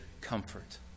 comfort